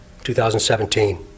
2017